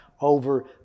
over